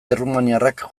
errumaniarrak